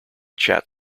chat